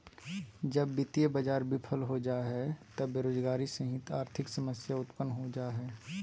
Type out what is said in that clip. जब वित्तीय बाज़ार बिफल हो जा हइ त बेरोजगारी सहित आर्थिक समस्या उतपन्न हो जा हइ